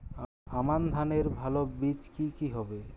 আমান ধানের ভালো বীজ কি কি হবে?